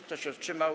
Kto się wstrzymał?